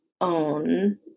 own